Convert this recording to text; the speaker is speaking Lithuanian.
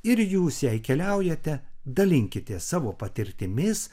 ir jūs jei keliaujate dalinkitės savo patirtimis